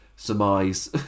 surmise